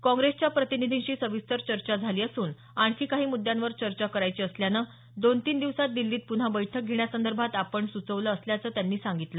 काँग्रेसच्या प्रतिनिधींशी सविस्तर चर्चा झाली असून आणखी काही मुद्दांवर चर्चा करायची असल्यानं दोन तीन दिवसांत दिल्लीत पुन्हा बैठक घेण्यासंदर्भात आपण सुचवलं असल्याचं त्यांनी सांगितलं